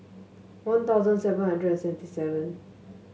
One Thousand seven hundred and seventy seven